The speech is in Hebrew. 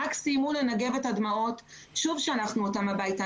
רק סיימו לנגב את הדמעות ושוב שלחנו אותם הביתה.